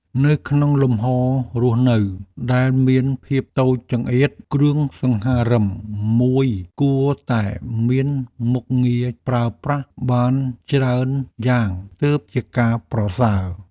នៅក្នុងលំហររស់នៅដែលមានភាពតូចចង្អៀតគ្រឿងសង្ហារិមមួយគួរតែមានមុខងារប្រើប្រាស់បានច្រើនយ៉ាងទើបជាការប្រសើរ។